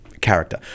character